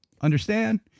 Understand